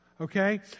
Okay